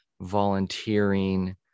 volunteering